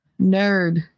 nerd